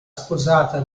sposata